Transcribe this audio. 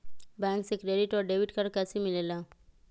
Bank से credit और debit card कैसी मिलेला?